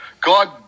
God